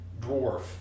dwarf